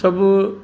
सभु